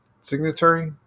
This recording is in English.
signatory